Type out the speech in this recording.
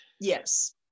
Yes